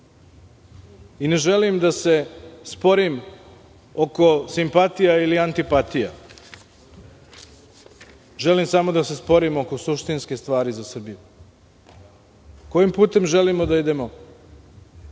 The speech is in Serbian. i ne želim da se sporim oko simpatija ili antipatija. Želim samo da se sporim oko suštinskih stvari za Srbiju. Kojim putem želimo da idemo?